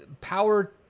Power